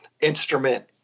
instrument